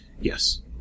Yes